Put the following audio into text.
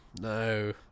no